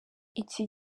iki